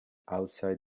outside